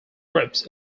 groups